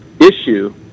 issue